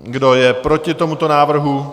Kdo je proti tomuto návrhu?